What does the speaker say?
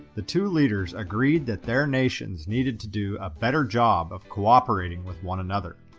the two leaders agreed that their nations needed to do a better job of cooperating with one another.